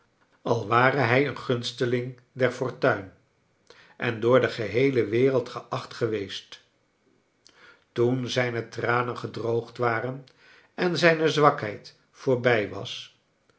al ware hij eea gunsteling der fortuin en door de geheele wereld geacht geweest toeix zijne tranen gedroogd waren en zijne zwakheid voorbij was